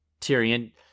Tyrion